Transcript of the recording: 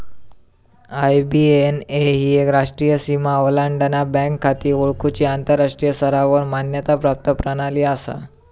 IBAN ही एक राष्ट्रीय सीमा ओलांडान बँक खाती ओळखुची आंतराष्ट्रीय स्तरावर मान्यता प्राप्त प्रणाली असा